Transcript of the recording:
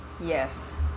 yes